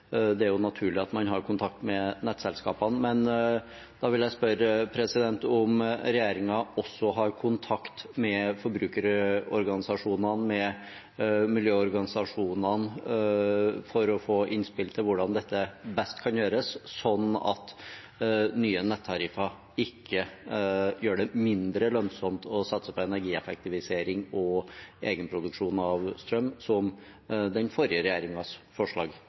vil jeg spørre om regjeringen også har kontakt med forbrukerorganisasjonene og med miljøorganisasjonene, for å få innspill til hvordan dette best kan gjøres, sånn at nye nettariffer ikke gjør det mindre lønnsomt å satse på energieffektivisering og egenproduksjon av strøm, noe den forrige regjeringens forslag